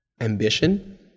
ambition